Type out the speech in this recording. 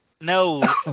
No